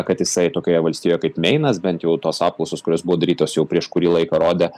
kad jisai tokioje valstybėje kaip meinas bent jau tos apklausos kurios buvo darytos jau prieš kurį laiką rodė